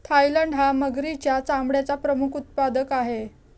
Thailand हा मगरीच्या चामड्याचा प्रमुख उत्पादक आहे